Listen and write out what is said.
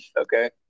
Okay